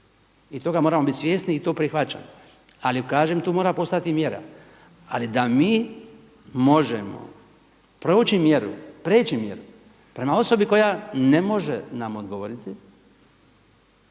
i toga moramo biti svjesni i to prihvaćamo. Ali kažem, tu mora postojati mjera. Ali da mi možemo prijeći mjeru prema osobi koja ne može nam odgovoriti,